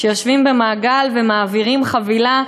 כשיושבים במעגל ומעבירים חבילה?